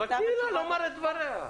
אבל תני לה לומר את דבריה.